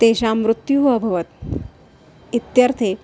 तेषां मृत्युः अभवत् इत्यर्थे